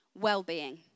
well-being